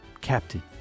Captain